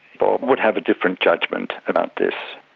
bob would have a different judgement about this.